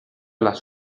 las